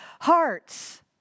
hearts